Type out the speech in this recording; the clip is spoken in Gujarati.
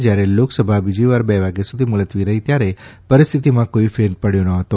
જ્યારે લોકસભા બીજીવાર બે વાગ્યા સુધી મુલતવી રહી ત્યારે પરિસ્થિતિમાં કોઇ ફેર પડ્યો ન હતો